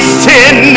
sin